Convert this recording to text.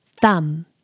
thumb